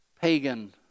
Pagan